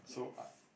yes